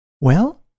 Well